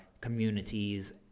communities